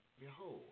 Behold